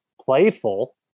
playful